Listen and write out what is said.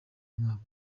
mwaka